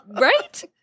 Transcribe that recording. right